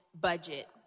Budget